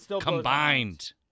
Combined